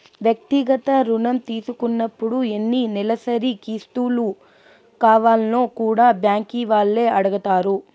వ్యక్తిగత రుణం తీసుకున్నపుడు ఎన్ని నెలసరి కిస్తులు కావాల్నో కూడా బ్యాంకీ వాల్లే అడగతారు